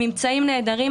ממצאים נהדרים.